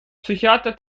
psychiater